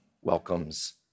welcomes